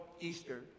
Easter